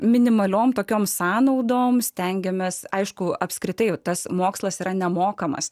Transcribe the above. minimaliom tokioms sąnaudoms stengiamės aišku apskritai tas mokslas yra nemokamas